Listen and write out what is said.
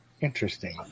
Interesting